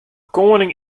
koaning